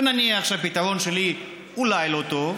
ונניח שהפתרון שלי אולי לא טוב,